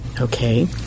Okay